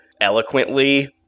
eloquently